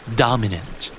dominant